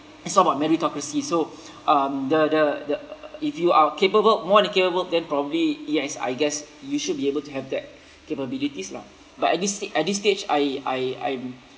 it's all about meritocracy so um the the the if you are capable more than capable then probably yes I guess you should be able to have that capabilities lah but at this sta~ at this stage I I I'm